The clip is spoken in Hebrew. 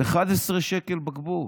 11 שקל בקבוק.